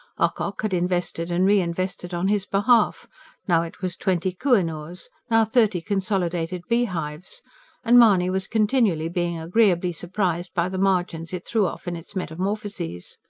ocock had invested and re-invested on his behalf now it was twenty koh-i-noors, now thirty consolidated beehives and mahony was continually being agreeably surprised by the margins it threw off in its metamorphoses.